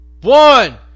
One